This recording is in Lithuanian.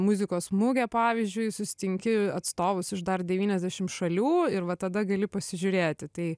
muzikos mugę pavyzdžiui susitinki atstovus iš dar devyniasdešim šalių ir va tada gali pasižiūrėti tai